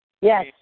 Yes